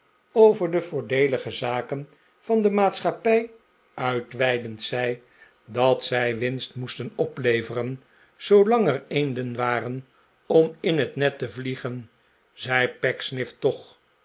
over de voordeeligfe zaken van de maatschappij uitweidend zei dat zij winst moesten opleveren zoolang er eenden waren om in het net te vliegen zei